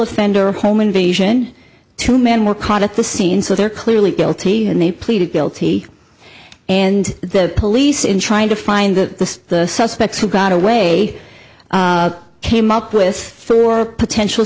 offender home invasion two men were caught at the scene so they're clearly guilty and they pleaded guilty and the police in trying to find the suspect who got away came up with four potential